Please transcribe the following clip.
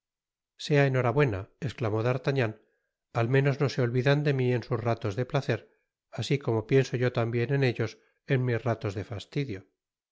sea enhorabuena esclamó d'artagnan al menos no se olvidan de mi en sus ratos de placer asi como pienso yo tambien en ellos en mis ratos de fastidio